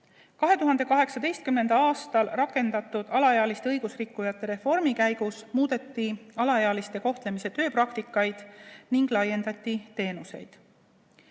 2018. aastal rakendatud alaealiste õigusrikkujate reformi käigus muudeti alaealiste kohtlemise tööpraktikaid ning laiendati teenuseid.